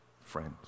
friends